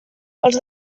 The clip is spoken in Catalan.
els